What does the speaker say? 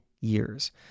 years